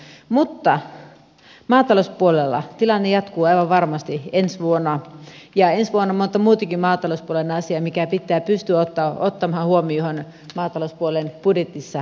mutta maatalouspuolella tilanne jatkuu aivan varmasti ensi vuonna ja ensi vuonna on monta muutakin maatalouspuolen asiaa jotka pitää pystyä ottamaan huomioon maatalouspuolen budjetissa